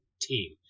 team